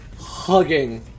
hugging